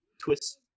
twist